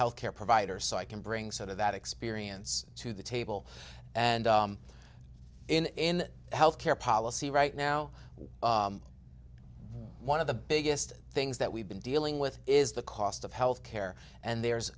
health care provider so i can bring sort of that experience to the table and in the health care policy right now one of the biggest things that we've been dealing with is the cost of health care and there's